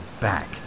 back